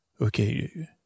Okay